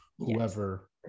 whoever